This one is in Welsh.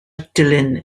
dilin